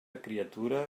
criatura